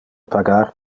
pagar